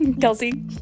Kelsey